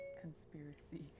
Conspiracy